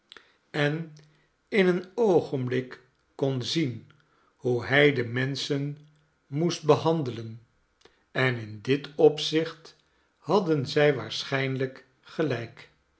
en in een oogenblik kon zien hoe hij de menschen moest behandelen en in dit opzicht hadden zij waarschijnlijk gelijk